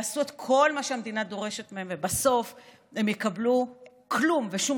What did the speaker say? יעשו את כל מה שהמדינה דורשת מהם ובסוף הם יקבלו כלום ושום